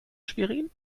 schwerin